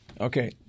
Okay